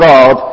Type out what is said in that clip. God